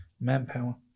manpower